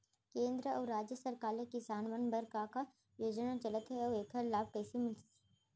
केंद्र अऊ राज्य सरकार ले किसान मन बर का का योजना चलत हे अऊ एखर लाभ कइसे मिलही?